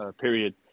period